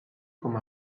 com